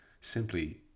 simply